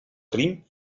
crim